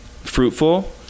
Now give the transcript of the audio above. fruitful